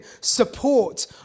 support